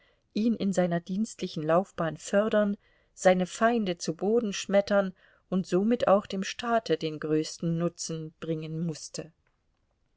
ihn in seiner dienstlichen laufbahn fördern seine feinde zu boden schmettern und somit auch dem staate den größten nutzen bringen mußte